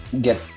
get